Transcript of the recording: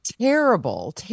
terrible